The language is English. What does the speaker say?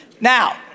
Now